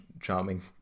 charming